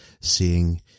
seeing